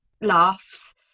laughs